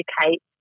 educate